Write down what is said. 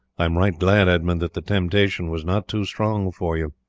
i am right glad, edmund, that the temptation was not too strong for you.